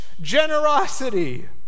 generosity